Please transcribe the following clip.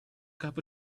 cup